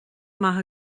maith